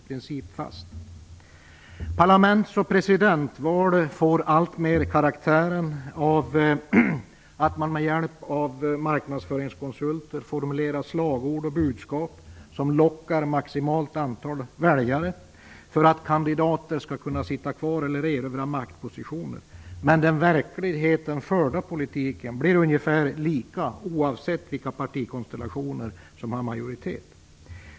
Parlaments och presidentval får alltmer sin karaktär av att man med hjälp av marknadsföringskonsulter formulerar slagord och budskap som lockar ett maximalt antal väljare så att kandidater skall kunna sitta kvar eller erövra nya maktpositioner. Den i verkligheten förda politiken blir dock ungefär likartad oavsett vilka partikonstellationer som har majoritet.